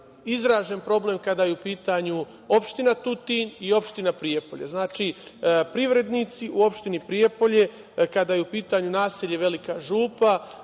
izražen problem kada je u pitanju opština Tutin i opština Prijepolje. Znači, privrednici u opštini Prijepolje, kada je u pitanju naselje Velika Župa